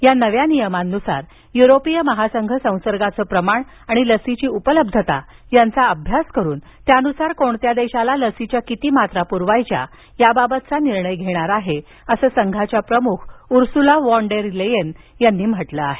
या नव्या नियमांनुसार युरोपीय महासंघ संसर्गाचं प्रमाण आणि लसीची उपलब्धता यांचा अभ्यास करून त्यानुसार कोणत्या देशाला लसीच्या किती मात्रा प्रवायच्या याबाबतचा निर्णय घेणार आहे असं संघाच्या प्रमुख उर्सुला वॉन डेर लेयेन यांनी म्हटलं आहे